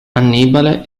annibale